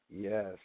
Yes